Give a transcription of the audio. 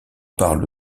parle